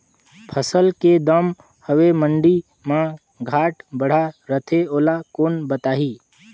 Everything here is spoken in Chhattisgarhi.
फसल के दम हवे मंडी मा घाट बढ़ा रथे ओला कोन बताही?